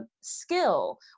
skill